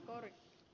baari